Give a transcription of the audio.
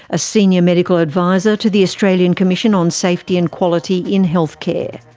a senior medical advisor to the australian commission on safety and quality in health care.